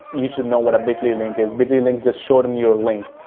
you should know what a bitly link is. bitly link just shorten your link.